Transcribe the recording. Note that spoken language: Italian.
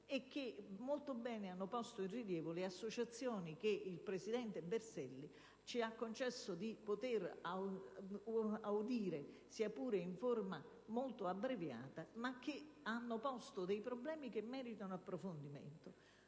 e che molto bene hanno messo in rilievo le associazioni che il presidente Berselli ci ha concesso di audire, sia pure in forma molto abbreviata. Esse hanno posto problematiche che meritano approfondimento,